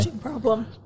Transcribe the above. Problem